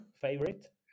favorite